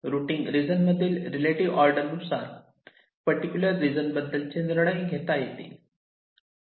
routing region मधील relative order नुसार particular region बद्दलचे निर्णय घेता येईल